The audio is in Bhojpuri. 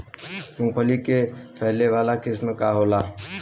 मूँगफली के फैले वाला किस्म का होला?